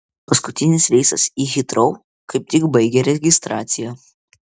paskutinis reisas į hitrou kaip tik baigė registraciją